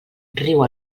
riu